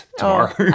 tomorrow